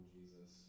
Jesus